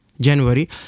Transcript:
January